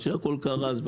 שהכל קרס,